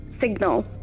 Signal